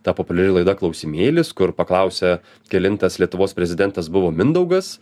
ta populiari laida klausimėlis kur paklausia kelintas lietuvos prezidentas buvo mindaugas